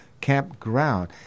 Campground